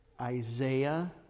Isaiah